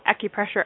Acupressure